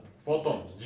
photons.